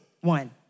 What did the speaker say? one